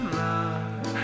love